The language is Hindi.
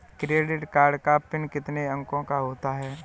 क्रेडिट कार्ड का पिन कितने अंकों का होता है?